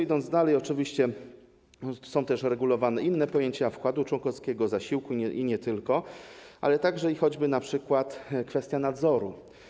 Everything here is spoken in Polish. Idąc dalej, oczywiście są też regulowane inne pojęcia: wkładu członkowskiego, zasiłku, i nie tylko, ale także podjęta została np. kwestia nadzoru.